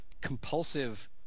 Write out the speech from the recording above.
compulsive